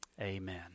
Amen